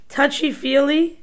Touchy-feely